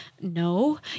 no